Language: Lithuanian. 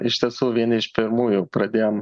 iš tiesų vieni iš pirmųjų pradėjom